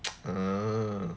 ugh